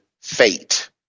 fate